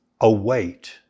await